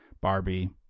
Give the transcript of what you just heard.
Barbie